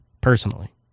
personally